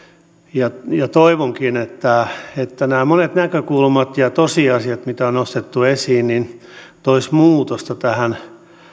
ja ja toivonkin että että nämä monet näkökulmat ja tosiasiat mitkä on nostettu esiin toisivat muutosta tähän